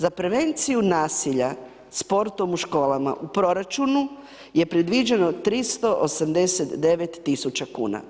Za prevenciju nasilja sportom u školama u proračunu je predviđeno 389.000 kuna.